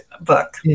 book